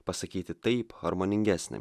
pasakyti taip harmoningesnė